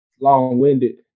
long-winded